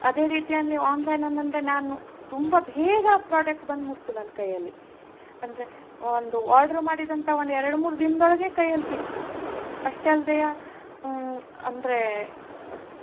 ಅದೇ ರೀತಿಯಲ್ಲಿ ಆನ್ಲೈನನ್ನು ಅಂದರೆ ನಾನು ತುಂಬ ಬೇಗ ಪ್ರೋಡಕ್ಟ್ ಬಂದು ಮುಟ್ತು ನನ್ನ ಕೈಯಲ್ಲಿ ಅಂದರೆ ಒಂದು ಆರ್ಡ್ರ್ ಮಾಡಿದಂತ ಒಂದು ಎರಡು ಮೂರು ದಿನ್ದೊಳಗೆ ಕೈಯಲ್ಲಿ ಸಿಕ್ತು ಅಷ್ಟೆ ಅಲ್ದೆ ಅಂದರೆ ಅಸ್ತು